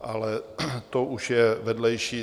Ale to už je vedlejší.